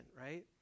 right